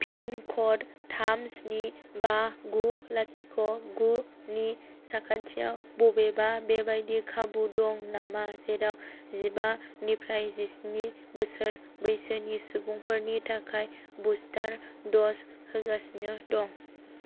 पिनक'ड थाम स्नि बा गु लाथिख' गुनि साखाथियाव बबेबा बेबायदि खाबु दं नामा जेराव जिबानिफ्राय जिस्नि बोसोर बैसोनि सुबुंफोरनि थाखाय बुस्टार ड'ज होगासिनो दं